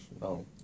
No